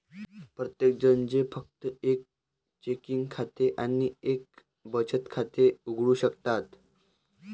प्रत्येकजण जे फक्त एक चेकिंग खाते आणि एक बचत खाते उघडू शकतात